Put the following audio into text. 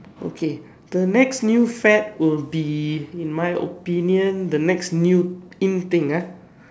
okay the next new fad will be in my opinion the next new in thing ah